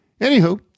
Anywho